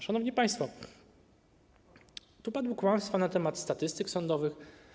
Szanowni państwo, padły kłamstwa na temat statystyk sądowych.